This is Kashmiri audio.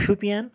شُپین